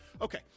Okay